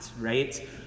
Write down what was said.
right